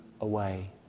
away